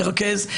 לרכז,